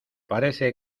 parece